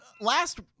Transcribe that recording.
Last